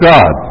God